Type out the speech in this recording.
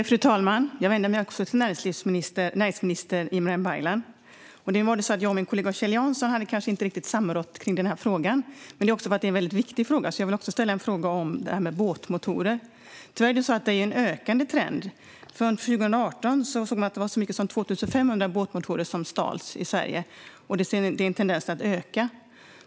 Fru talman! Jag vänder mig också till näringsminister Ibrahim Baylan. Jag och min kollega Kjell Jansson har kanske inte riktigt samrått kring denna fråga. Men detta är väldigt viktigt, så jag vill också ställa en fråga om båtmotorer. Tyvärr är trenden att detta ökar. År 2018 såg man att det var så många som 2 500 båtmotorer som stals i Sverige. Det tenderar att öka.